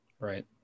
Right